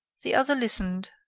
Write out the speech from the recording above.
the other listened,